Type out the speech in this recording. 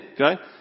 Okay